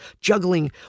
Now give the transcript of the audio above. juggling